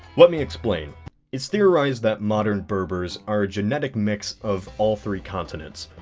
let me explain it's theorized that modern berbers are a genetic mix of all three continents,